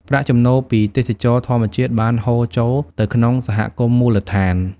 ប្រាក់ចំណូលពីទេសចរណ៍ធម្មជាតិបានហូរចូលទៅក្នុងសហគមន៍មូលដ្ឋាន។